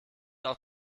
auch